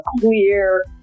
clear